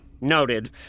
Noted